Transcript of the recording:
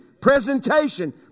presentation